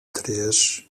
três